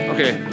Okay